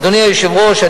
אדוני היושב-ראש,